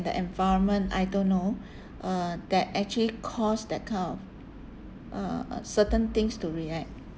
the environment I don't know uh that actually cause that kind of uh certain things to react